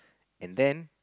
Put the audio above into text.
and then